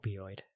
opioid